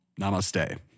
namaste